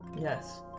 Yes